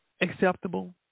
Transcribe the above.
acceptable